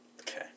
Okay